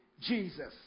Jesus